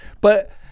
But-